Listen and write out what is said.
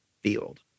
field